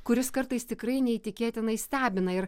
kuris kartais tikrai neįtikėtinai stebina ir